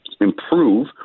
improve